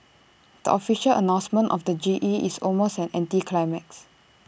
the official announcement of the G E is almost an anticlimax